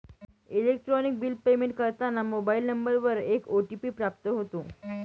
electronic bill payment करताना mobile नंबरवर एक ओ.टी.पी प्राप्त होतो